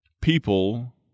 People